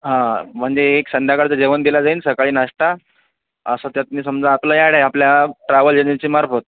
हा म्हणजे एक संध्याकाळचं जेवण दिलं जाईल सकाळी नाष्टा असं त्यातून समजा आपलं ॲड आहे आपल्या ट्रॅव्हल एजन्सीमार्फत